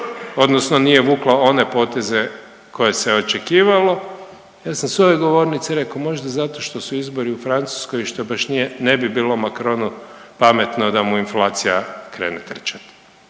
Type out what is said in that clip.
odnosno nije vukla one poteze koje se očekivalo, ja sam s ove govornice rekao možda zato što su izbori u Francuskoj i što baš nije, ne bi bilo Macronu pametno da mu inflacija krene trčat.